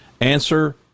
Answer